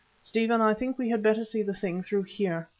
stephen, i think we had better see the thing through here.